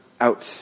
out